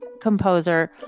composer